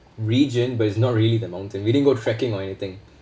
region but it's not really the mountain we didn't go trekking or anything